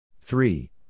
Three